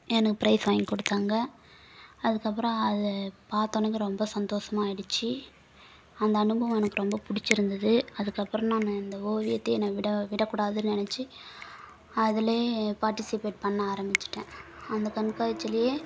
எனக்கு பிரைஸ் வாங்கி கொடுத்தாங்க அதுக்கப்புறம் அது பாத்தொடனே எனக்கு ரொம்ப சந்தோஷமா ஆகிடுச்சி அந்த அனுபவம் எனக்கு ரொம்ப பிடித்திருந்தது அதுக்கப்புறம் நான் இந்த ஓவியத்தை என விட விடக்கூடாதுன்னு நெனச்சு அதில் பார்ட்டிசிபேட் பண்ண ஆரம்மிச்சிட்டேன் அந்த கண்காட்சிலேயே